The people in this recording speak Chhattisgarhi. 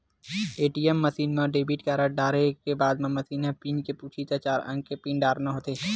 ए.टी.एम मसीन म डेबिट कारड डारे के बाद म मसीन ह पिन पूछही त चार अंक के पिन डारना होथे